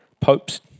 Popes